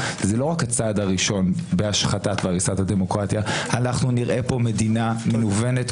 זה לא רק הצעד הראשון בהשחתת והריסת הדמוקרטיה נראה פה מדינה מנוונת,